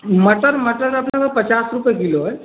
मटर मटर अपने पर पचास रुपये किलो है